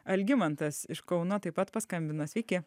algimantas iš kauno taip pat paskambino sveiki